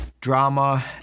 drama